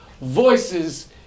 voices